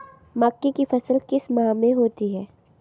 मक्के की फसल किस माह में होती है?